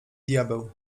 diabeł